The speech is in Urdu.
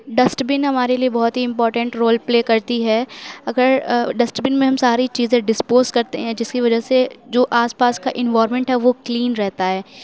ڈسٹبن ہمارے لیے بہت ہی امپورٹینٹ رول پلے کرتی ہے اگر ڈسٹبن میں ہم ساری چیزیں ڈسپوز کرتے ہیں جس کی وجہ سے جو آس پاس کا انوائرمینٹ ہے وہ کلین رہتا ہے